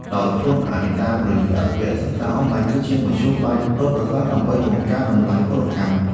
ការបន្តរៀនសូត្រដោយខ្លួនឯងតាមរយៈវគ្គសិក្សាអនឡាញ គឺជាមធ្យោបាយដ៏ប្រសើរដើម្បីបង្កើនតម្លៃកម្លាំងពលកម្ម។